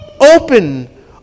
Open